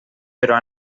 però